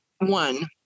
one